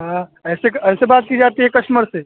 हाँ ऐसे ऐसे बात की जाती है कस्टमर से